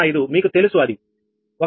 05 మీకు తెలుసు అది 1